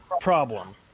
problem